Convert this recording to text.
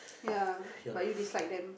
ya but you dislike them